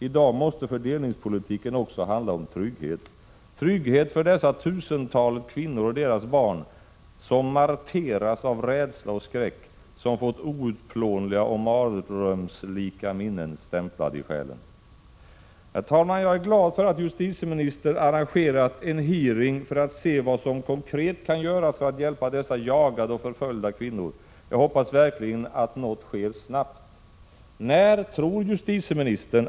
I dag måste fördelningspolitiken också handla om trygghet, trygghet för dessa tusentals kvinnor och deras barn som marteras av rädsla och skräck, som fått outplånliga och mardrömslika minnen stämplade i själen. Jag är, herr talman, glad för att justitieministern arrangerat en hearing för att se vad som konkret kan göras för att hjälpa dessa jagade och förföljda kvinnor. Jag hoppas verkligen att något sker snabbt. När tror justitieminis — Prot.